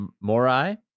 Morai